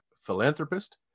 philanthropist